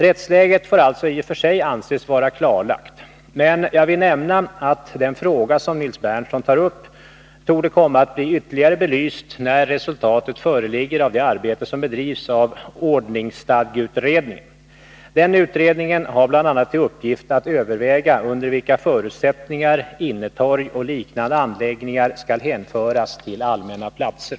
Rättsläget får alltså i och för sig anses vara klarlagt. Jag vill emellertid nämna att den fråga som Nils Berndtson tar upp torde komma att bli ytterligare belyst när resultatet föreligger av det arbete som bedrivs av ordningsstadgeutredningen . Den utredningen har bl.a. till uppgift att överväga under vilka förutsättningar innetorg och liknande anläggningar skall hänföras till allmänna platser.